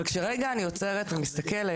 אבל כשרגע אני עוצרת ומסתכלת,